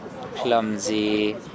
clumsy